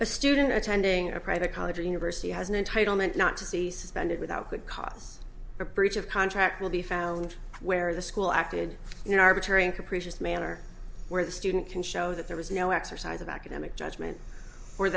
a student attending a private college or university has an entitlement not to see suspended without could cause a breach of contract will be found where the school acted in an arbitrary and capricious manner where the student can show that there was no exercise of academic judgment or